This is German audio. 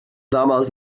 damals